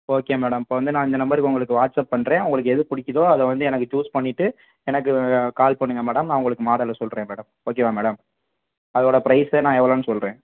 okay madam இப்போ வந்து நான் இந்த நம்பருக்கு உங்களுக்கு வாட்ஸ்அப் பண்றேன் உங்களுக்கு எது பிடிக்கிறதோ அதை வந்து எனக்கு சூஸ் பண்ணிட்டு எனக்குக் கால் பண்ணுங்க மேடம் நான் உங்களுக்கு மாடலை சொல்கிறேன் மேடம் ஓகே வா மேடம் அதோட ப்ரைஸ் நான் எவ்ளோன்னு சொல்கிறேன்